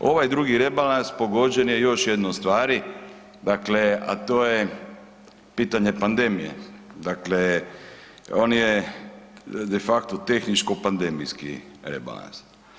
Ovaj drugi rebalans pogođen je još jednom stvari, dakle a to je pitanje pandemije, dakle on je de facto tehničko-pandemijski rebalans.